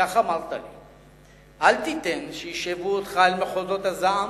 וכך אמרת לי: אל תיתן שישאבו אותך אל מחוזות הזעם.